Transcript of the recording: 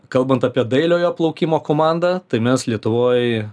kalbant apie dailiojo plaukimo komandą tai mes lietuvoj